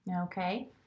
Okay